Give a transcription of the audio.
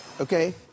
Okay